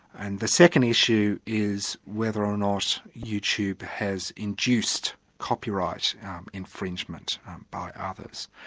and the second issue is whether or not youtube has induced copyright infringement by others.